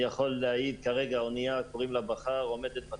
אני יכול להגיד שכרגע יש אונייה בשם בכר שהגיעה